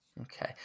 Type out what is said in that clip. Okay